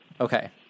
Okay